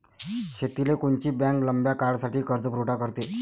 शेतीले कोनची बँक लंब्या काळासाठी कर्जपुरवठा करते?